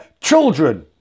children